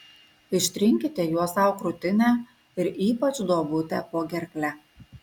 ištrinkite juo sau krūtinę ir ypač duobutę po gerkle